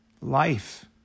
life